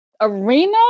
arena